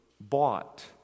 bought